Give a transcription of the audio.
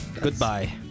Goodbye